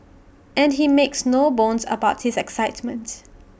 and he makes no bones about his excitements